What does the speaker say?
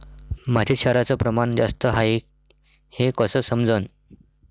मातीत क्षाराचं प्रमान जास्त हाये हे कस समजन?